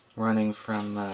running from